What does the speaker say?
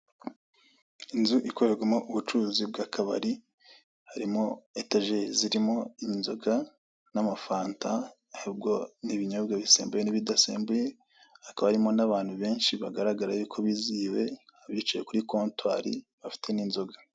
Inzu ikorerwamo ubucuruzi bw'akabari harimo etajeri zirimo inzoga n'amafanta, harimo bw'ibinyobwa bisembuye n'ibidasembuye hakaba harimwo n'abantu benshi bagaragara yuko bizihiwe abicaye kuri kontwari bafite n'inzoga.